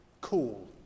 cool